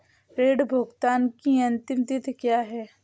ऋण भुगतान की अंतिम तिथि क्या है?